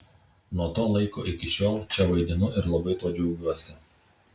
nuo to laiko iki šiol čia vaidinu ir labai tuo džiaugiuosi